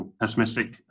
pessimistic